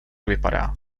vypadá